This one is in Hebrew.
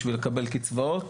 בשביל לקבל קצבאות,